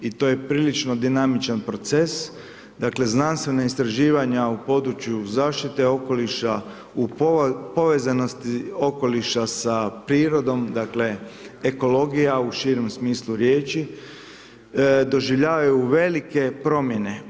I to je prilično dinamičan proces, dakle znanstvena istraživanja u području zaštite okoliša, u povezanosti okoliša sa prirodom, dakle, ekologija u širem smislu riječi doživljavaju velike promjene.